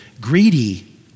greedy